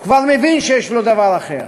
הוא כבר מבין שיש לו דבר אחר.